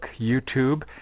YouTube